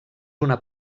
una